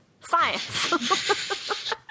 Science